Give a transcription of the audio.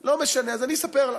לא משנה, אז אני אספר לך,